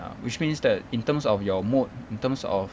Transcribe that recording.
which means that in terms of your mood in terms of